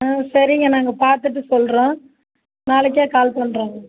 ம் சரிங்க நாங்கள் பார்த்துட்டு சொல்கிறோம் நாளைக்கே கால் பண்ணுறோங்க